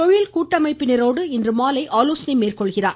தொழில் கூட்டமைப்பினரோடு இன்று மாலை ஆலோசனை மேற்கொள்கிறார்